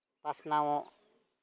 ᱯᱟᱥᱱᱟᱣᱚᱜ